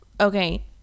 okay